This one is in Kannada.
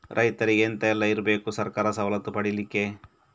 ರೈತರಿಗೆ ಎಂತ ಎಲ್ಲ ಇರ್ಬೇಕು ಸರ್ಕಾರದ ಸವಲತ್ತು ಪಡೆಯಲಿಕ್ಕೆ?